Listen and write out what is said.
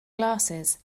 glasses